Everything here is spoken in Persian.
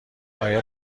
آیا